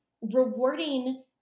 rewarding